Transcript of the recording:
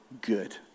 good